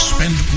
Spend